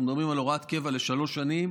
אנחנו מדברים על הוראת קבע לשלוש שנים